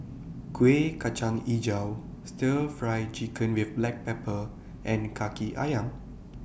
Kuih Kacang Hijau Stir Fry Chicken with Black Pepper and Kaki Ayam